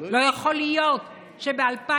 לא יכול להיות שב-2019,